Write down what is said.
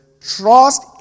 trust